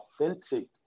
authentic